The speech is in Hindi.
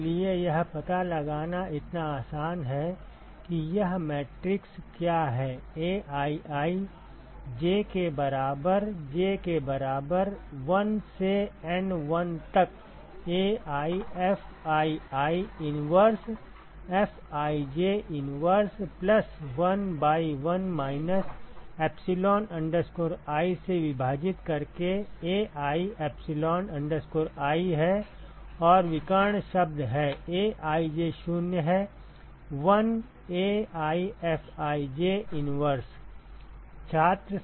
इसलिए यह पता लगाना इतना आसान है कि यह मैट्रिक्स क्या है aii j के बराबर j के बराबर 1 से N 1 तक AiFii inverse Fij inverse plus 1 by 1 minus epsilon i से विभाजित करके ai epsilon i है और विकर्ण शब्द हैं Aij शून्य है 1 AiFij inverse छात्र